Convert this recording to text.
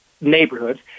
neighborhoods